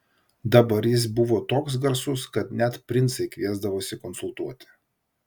dabar jis buvo toks garsus kad net princai kviesdavosi konsultuoti